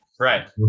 Right